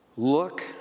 look